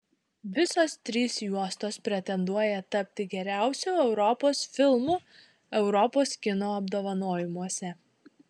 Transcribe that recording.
visos trys juostos pretenduoja tapti geriausiu europos filmu europos kino apdovanojimuose